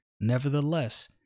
Nevertheless